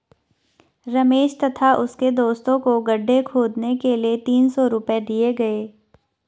रमेश तथा उसके दोस्तों को गड्ढे खोदने के लिए तीन सौ रूपये दिए गए